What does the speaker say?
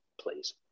please